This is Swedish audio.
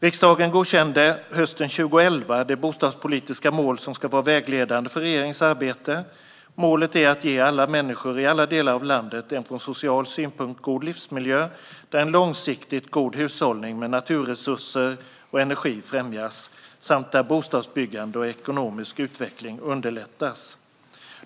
Riksdagen godkände hösten 2011 det bostadspolitiska mål som ska vara vägledande för regeringens arbete. Målet är att ge alla människor i alla delar av landet en från social synpunkt god livsmiljö där en långsiktigt god hushållning med naturresurser och energi främjas samt där bostadsbyggande och ekonomisk utveckling underlättas.